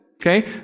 Okay